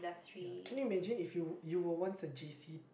ya can you imagine if you you were once a J_C